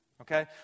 Okay